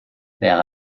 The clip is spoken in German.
wäre